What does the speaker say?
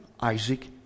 Isaac